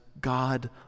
God